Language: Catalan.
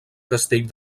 castell